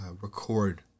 record